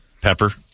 Pepper